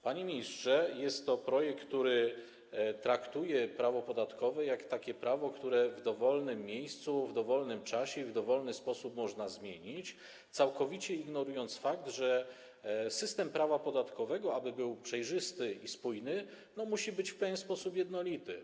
Panie ministrze, jest to projekt, który traktuje prawo podatkowe jak takie prawo, które w dowolnym miejscu, w dowolnym czasie i w dowolny sposób można zmienić, całkowicie ignorując fakt, że system prawa podatkowego, aby był przejrzysty i spójny, musi być w pewien sposób jednolity.